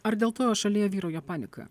ar dėl to šalyje vyrauja panika